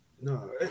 no